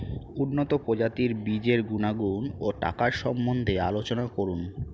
উন্নত প্রজাতির বীজের গুণাগুণ ও টাকার সম্বন্ধে আলোচনা করুন